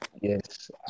Yes